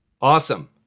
Awesome